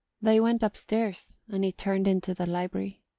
they went upstairs, and he turned into the library.